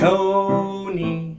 Tony